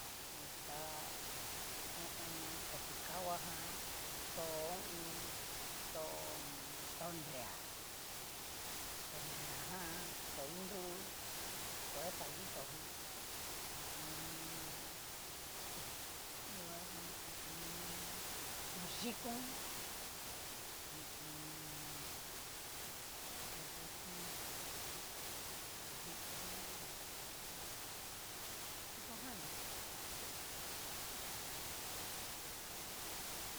Tó ho o on. tó ti kahua jan, tó ho o on. tó tonrea, tonrea jan, to inru tó ecalito ján, hu u un. hi nruhuga kito nó tó xhikón, hu u un. tó yikón hu jun va kitojaní.